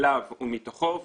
אליו ומתוכו,